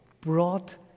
brought